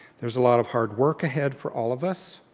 there's a lot of hard work ahead for all of us.